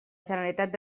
generalitat